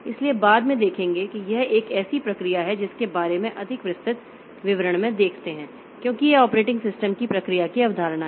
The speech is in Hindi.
इसलिए बाद में देखेंगे कि यह एक ऐसी प्रक्रिया है जिसके बारे में अधिक विस्तृत विवरण में देखते हैं क्योंकि यह ऑपरेटिंग सिस्टम की प्रक्रिया की अवधारणा है